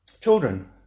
Children